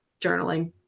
journaling